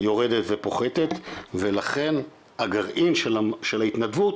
יורדת ופוחתת ולכן הגרעין של ההתנדבות,